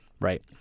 right